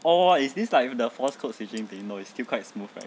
oh is this like the force code switching thing no it's still quite smooth right